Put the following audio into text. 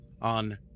on